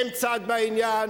הם צד בעניין,